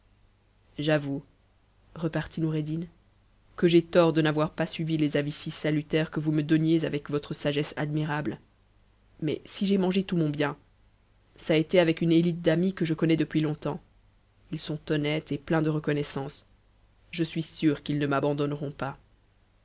j'avoue repartit noureddin que j'ai tort de n'avoir pas suivi les nvis si salutaires que vous me donmex avec votre sagesse admirable mais si j'ai mangé tout mon bien ça é ë avec une ëtite d'amis que je con longtemps ils sont honnêtes et pleins de reconnaissance je suis jts ne m'abandonneront pas